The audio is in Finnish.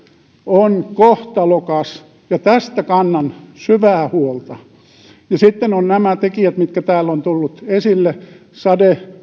on kohtalokas ja tästä kannan syvää huolta sitten ovat nämä tekijät jotka täällä on tuotu esille sade